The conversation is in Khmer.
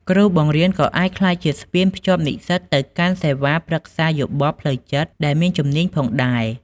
គ្រូបង្រៀនក៏អាចក្លាយជាស្ពានភ្ជាប់និស្សិតទៅកាន់សេវាប្រឹក្សាយោបល់ផ្លូវចិត្តដែលមានជំនាញផងដែរ។